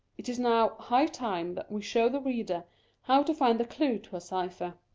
it is now high time that we show the reader how to find the clue to a cypher.